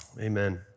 Amen